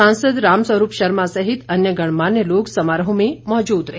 सांसद रामस्वरूप शर्मा सहित अन्य गणमान्य लोग समारोह में मौजूद रहे